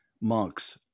monks